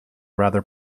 rather